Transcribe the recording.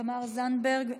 תמר זנדברג,